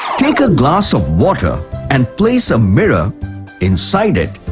take a glass of water and place a mirror inside it.